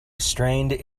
strained